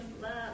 love